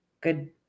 good